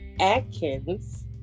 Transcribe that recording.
Atkins